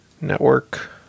Network